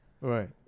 Right